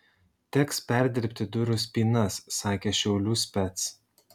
teks perdirbti durų spynas sakė šiaulių spec